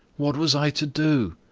what was i to do?